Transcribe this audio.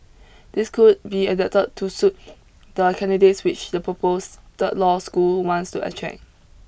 these could be adapted to suit the candidates which the proposed third third law school wants to attract